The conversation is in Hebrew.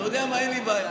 אתה יודע מה, אין לי בעיה.